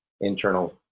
internal